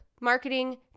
marketing